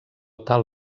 tal